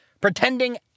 pretending